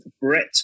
Brett